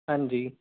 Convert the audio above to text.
ਹਾਂਜੀ